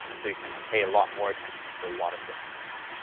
so you can pay a lot more attention to a lot of different things.